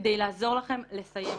- כדי לעזור לכם לסיים אותה.